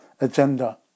agenda